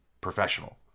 professional